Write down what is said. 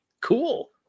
cool